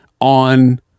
on